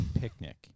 picnic